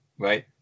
right